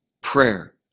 Prayer